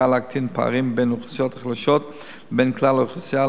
להקטין פערים בין האוכלוסיות החלשות לבין כלל האוכלוסייה.